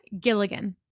Gilligan